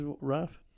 rough